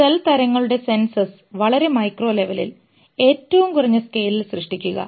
cell തരങ്ങളുടെ census വളരെ micro ലെവലിൽ ഏറ്റവും കുറഞ്ഞ സ്കെയിലിൽ സൃഷ്ടിക്കുക